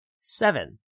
Seven